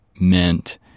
meant